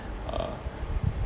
uh